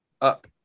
up